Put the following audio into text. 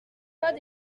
pas